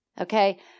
Okay